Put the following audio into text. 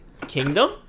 Kingdom